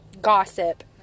gossip